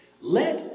Let